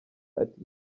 ati